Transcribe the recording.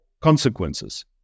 consequences